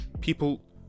people